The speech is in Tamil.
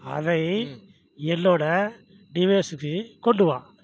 அதை என்னோடய டிவைஸுக்கு கொண்டு வா